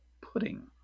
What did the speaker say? pudding